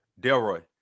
Delroy